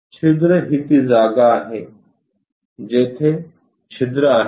छिद्र ही ती जागा आहे जेथे छिद्र आहेत